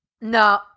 No